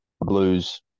blues